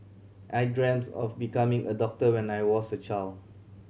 I dreamt of becoming a doctor when I was a child